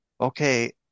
okay